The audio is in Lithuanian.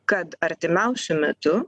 kad artimiausiu metu